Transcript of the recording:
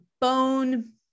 bone